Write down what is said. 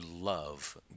love